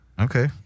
Okay